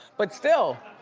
but still,